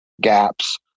gaps